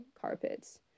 carpets